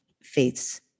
faiths